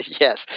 Yes